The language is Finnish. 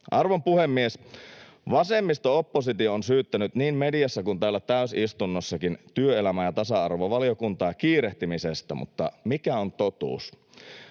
Arvon puhemies! Vasemmisto-oppositio on syyttänyt niin mediassa kuin täällä täysistunnossakin työelämä- ja tasa-arvovaliokuntaa kiirehtimisestä. Mutta mikä on totuus?